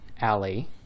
alley